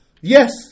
Yes